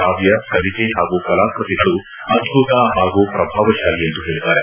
ಕಾವ್ಯ ಕವಿತೆ ಹಾಗೂ ಕಲಾಕೃತಿಗಳು ಅದ್ದುತ ಹಾಗೂ ಪ್ರಭಾವಶಾಲಿ ಎಂದು ಹೇಳಿದ್ದಾರೆ